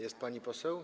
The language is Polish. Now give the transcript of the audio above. Jest pani poseł?